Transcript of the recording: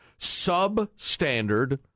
substandard